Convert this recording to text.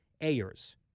Ayers